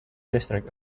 district